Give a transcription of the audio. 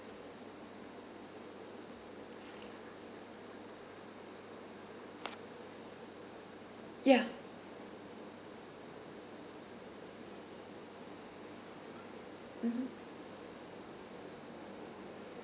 ya